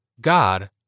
God